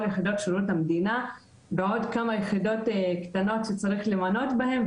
יחידות שירות המדינה ועוד כמה יחידות קטנות שצריך למנות בהן,